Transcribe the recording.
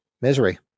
misery